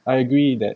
I agree that